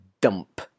dump